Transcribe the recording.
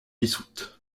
dissoute